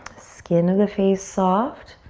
skin in the face soft.